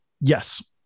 Yes